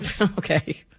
Okay